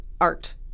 art